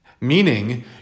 Meaning